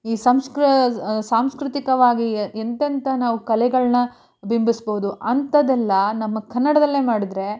ಈ ಸಾಂಸ್ಕೃತಿಕವಾಗಿ ಎಂಥೆಂಥ ನಾವು ಕಲೆಗಳನ್ನ ಬಿಂಬಿಸ್ಬೋದು ಅಂಥದ್ದೆಲ್ಲ ನಮ್ಮ ಕನ್ನಡದಲ್ಲೇ ಮಾಡಿದರೆ